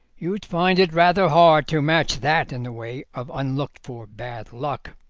you'd find it rather hard to match that in the way of unlooked-for bad luck.